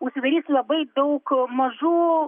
užsidarys labai daug mažų